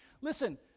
Listen